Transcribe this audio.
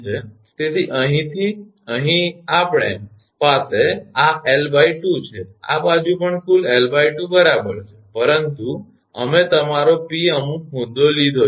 તેથી અહીંથી અહીં આપણી પાસે આ 𝑙2 છે આ બાજુ પણ કુલ 𝑙2 બરાબર છે પરંતુ અમે તમારો 𝑃 અમુક મુદ્દો લીધો છે